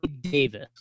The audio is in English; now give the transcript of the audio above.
davis